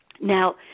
Now